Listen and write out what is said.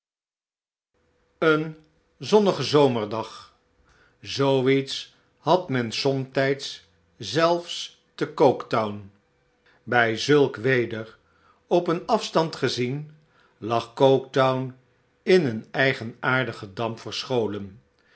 een zonnige zomerdag zoo iets had men somtijds zelfs tecoketown bij zulk weder op een afstand gezien lag coketown in een eigenaardigen damp verscholen